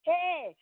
Hey